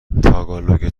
تاگالوگ